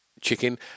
Chicken